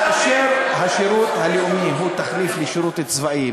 כאשר השירות הלאומי הוא תחליף לשירות צבאי,